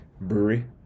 brewery